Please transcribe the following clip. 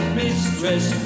mistress